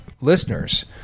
listeners